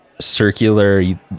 circular